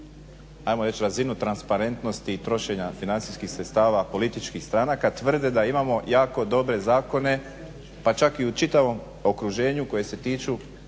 ajmo reći razinu transparentnosti i trošenja financijskih sredstava političkih stranaka tvrde da imamo jako dobre zakone pa čak i u čitavom okruženju koje se tiču